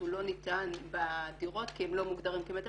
הוא לא ניתן בדירות כי הם לא מוגדרים כמטפלים,